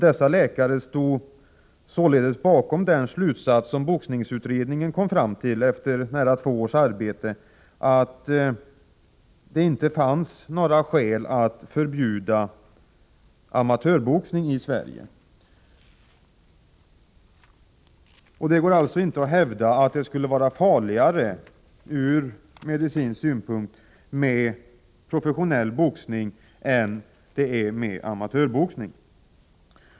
Dessa läkare stod således bakom den slutsats som boxningsutredningen kom fram till efter nära två års arbete, nämligen att det inte fanns några skäl att förbjuda amatörboxning i Sverige. Det går alltså inte att hävda att det ur medicinsk synpunkt skulle vara farligare med professionell boxning än med amatörboxning.